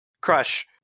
crush